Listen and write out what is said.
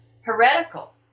heretical